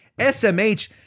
SMH